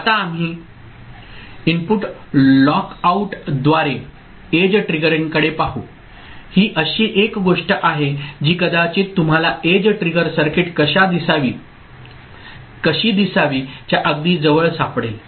आता आम्ही इनपुट लॉकआउटद्वारे एज ट्रिगरिंगकडे पाहू ही अशी एक गोष्ट आहे जी कदाचित तुम्हाला एज ट्रिगर सर्किट कशा दिसावी च्या अगदी जवळ सापडेल